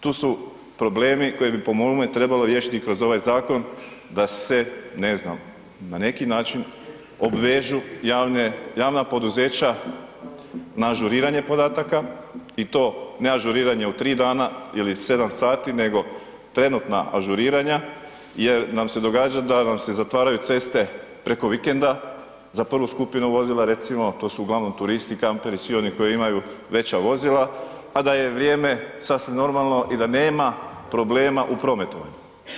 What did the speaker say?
Tu su problemi koje bi po mome trebalo riješiti i kroz ovaj zakon da se ne znam na neki način obvežu javna poduzeće na ažuriranje podataka i to ne ažuriranje u 3 dana ili 7 sati, nego trenutna ažuriranja jer nam se događa da nam se zatvaraju ceste preko vikenda za prvu skupinu vozila, recimo to su uglavnom turisti, kamperi, svi oni koji imaju veća vozila, a da je vrijeme sasvim normalno i da nema problema u prometu.